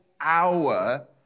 hour